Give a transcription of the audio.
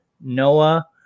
noah